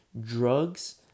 drugs